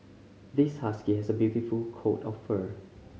this husky has a beautiful coat of fur